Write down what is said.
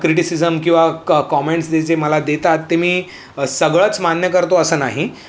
criticism किंवा क comments जे जे मला देतात ते मी सगळंच मान्य करतो असं नाही